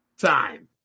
time